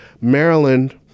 Maryland